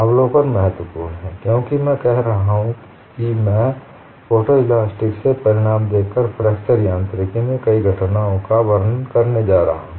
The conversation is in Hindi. अवलोकन बहुत महत्वपूर्ण है क्योंकि मैं कह रहा हूं कि मैं फोटोइलास्टिक से परिणाम देखकर फ्रैक्चर यांत्रिकी में कई घटनाओं का वर्णन करने जा रहा हूं